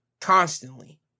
constantly